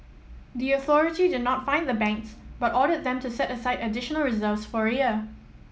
the authority did not fine the banks but ordered them to set aside additional reserves for a year